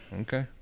okay